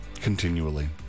continually